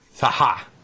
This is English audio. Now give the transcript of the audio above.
Ha-ha